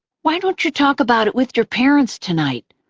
why don't you talk about it with your parents tonight?